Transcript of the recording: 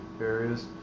areas